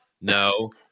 no